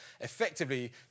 effectively